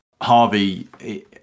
Harvey